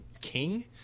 king